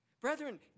Brethren